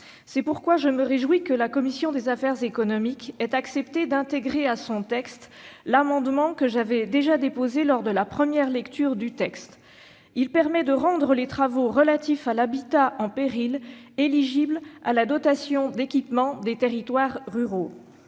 C'est pourquoi je me réjouis que la commission des affaires économiques ait accepté d'intégrer à son texte l'amendement que j'avais déjà déposé lors de la première lecture de la proposition de loi : il s'agit de rendre les travaux relatifs à l'habitat en péril éligibles à la dotation d'équipement des territoires ruraux,